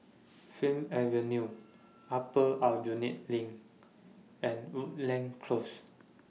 Fir Avenue Upper Aljunied LINK and Woodleigh Close